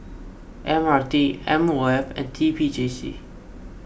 M R T M O F and T P J C